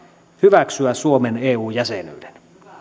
hyväksyä suomen eu jäsenyyden